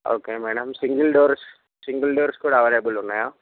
okay madam single doors single doors కూడా available ఉన్నాయా